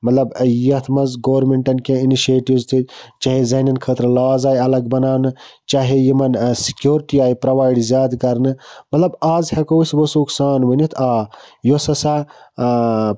مطلب ٲں ییٚتھ مَنٛز گورمنٹَن کیٚنٛہہ اِنِشیٹِوٕز تُلۍ چاہے زَنیٚن خٲطرٕ لاز آے الگ بَناونہٕ چاہے یِمَن ٲں سکیٛورٹی آیہِ پرٛووایڈ زیادٕ کَرنہٕ مطلب آز ہیٚکو أسۍ وثوق سان ؤنِتھ آ یۄس ہَسا ٲں